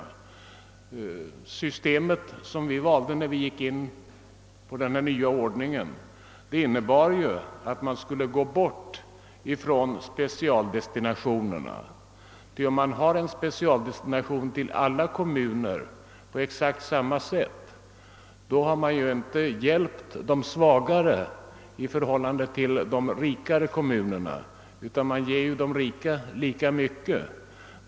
Det system som vi valde i samband med den nya ordningen innebar att vi inte längre skulle ha några specialdestinationer. Genom en specialdestination till alla kommuner på exakt samma sätt hjälper man inte de svagare i förhållande till de rikare kommunerna, utan man ger de rika lika mycket.